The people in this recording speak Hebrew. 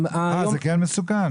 אה, זה כן מסוכן?